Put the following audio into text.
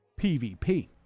pvp